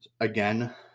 again